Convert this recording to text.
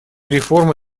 реформы